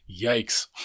Yikes